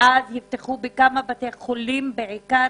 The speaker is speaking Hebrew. ואז יפתחו בכמה בתי חולים, בעיקר